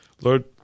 Lord